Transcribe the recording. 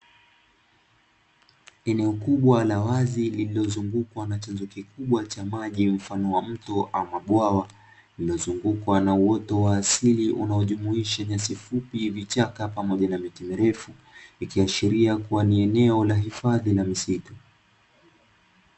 Eneo kubwa la wazi lililozungukwa na chanzo kikubwa cha maji mfano wa mto ama bwawa, inazungukwa na uoto wa asili unaojumuisha nyasi fupi, vichaka pamoja na miti milefu. Ikiashiria kuwa ni eneo la hifadhi la misitu.